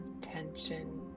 tension